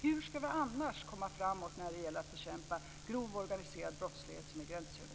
Hur ska vi annars komma framåt när det gäller att bekämpa grov organiserad brottslighet som är gränsöverskridande?